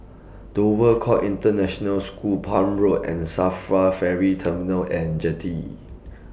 Dover Court International School Palm Road and SAFRA Ferry Terminal and Jetty